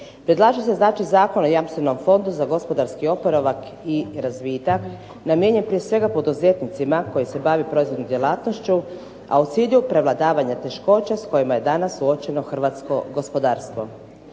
Predlaže se znači Zakon o jamstvenom Fondu za gospodarski oporavak i razvitak namijenjen prije svega poduzetnicima koji se bave proizvodnom djelatnošću, a u cilju prevladavanja teškoća s kojima je danas suočeno hrvatsko gospodarstvo.